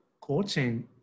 coaching